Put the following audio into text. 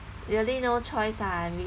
really no choice ah